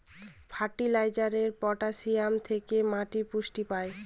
ফার্টিলাইজারে পটাসিয়াম থেকে মাটি পুষ্টি পায়